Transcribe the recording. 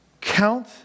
Count